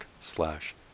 slash